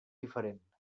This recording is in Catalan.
diferent